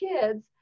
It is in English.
kids